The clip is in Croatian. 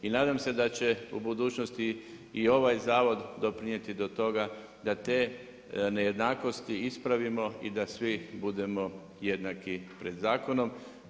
I nadam se da će u budućnosti i ovaj zavod doprinijeti do toga da te nejednakosti ispravimo i da svi budemo jednaki pred zakonom.